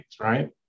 right